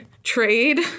trade